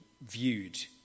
viewed